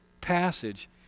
passage